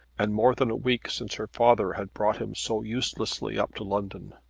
and more than a week since her father had brought him so uselessly up to london.